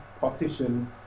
partition